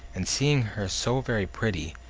and seeing her so very pretty,